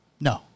No